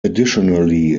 additionally